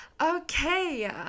okay